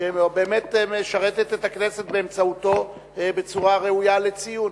שבאמת משרתת את הכנסת באמצעותו בצורה ראויה לציון.